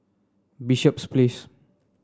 Bishops Place